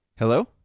Hello